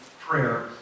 prayer